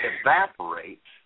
evaporates